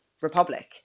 republic